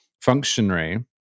functionary